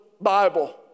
Bible